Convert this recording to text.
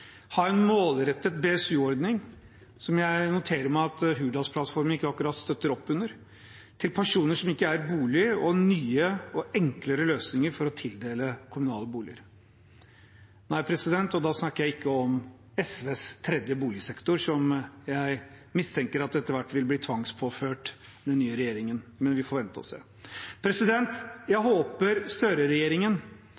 en målrettet BSU-ordning – som jeg noterer meg at Hurdalsplattformen ikke akkurat støtter opp under – til personer som ikke eier bolig, og nye og enklere løsninger for å tildele kommunale boliger. Da snakker jeg ikke om SVs tredje boligsektor, som jeg mistenker at etter hvert vil bli tvangspåført den nye regjeringen, men vi får vente og se. Jeg